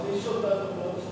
תעניש אותנו בעוד שני משפטים.